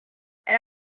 elle